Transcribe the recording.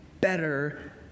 better